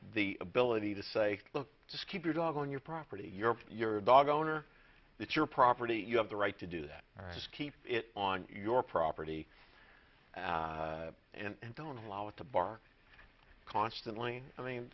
the ability to say look just keep your dog on your property you're your dog owner it's your property you have the right to do that just keep it on your property and don't allow it to bar constantly i mean